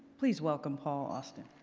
please welcome paul austin.